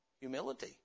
Humility